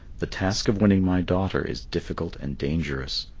the task of winning my daughter is difficult and dangerous.